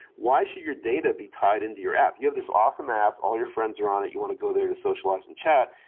why should your data be tied into your app. you have this awesome app, all of your friends are on it, you want to go there to socialize and chat,